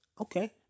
Okay